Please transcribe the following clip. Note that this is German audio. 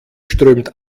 strömt